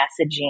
messaging